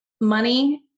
money